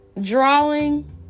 drawing